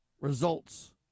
Results